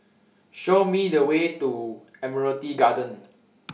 Show Me The Way to Admiralty Garden